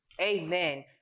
Amen